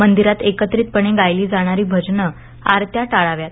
मंदिरात एकत्रितपणे गायली जाणारी भजनं आरत्या टाळाव्यात